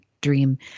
dream